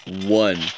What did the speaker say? one